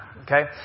Okay